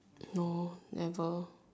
no never